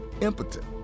impotent